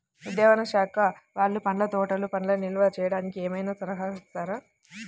ఉద్యానవన శాఖ వాళ్ళు పండ్ల తోటలు పండ్లను నిల్వ చేసుకోవడానికి ఏమైనా సహకరిస్తారా?